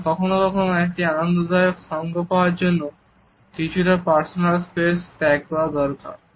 কারণ কখনও কখনও একটি আনন্দদায়ক সঙ্গ পাওয়ার জন্য কিছুটা পার্সোনাল স্পেস ত্যাগ করা দরকার